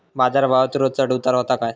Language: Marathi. बाजार भावात रोज चढउतार व्हता काय?